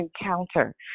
encounter